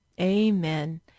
amen